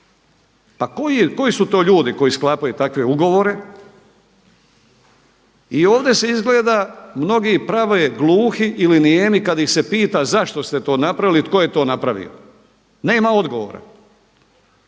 Pa koji su to ljudi koji sklapaju takve ugovore. I ovdje se izgleda mnogi prave gluhi ili nijemi kad ih se pita zašto ste to napravili, tko je to napravio. Nema odgovora.